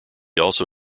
also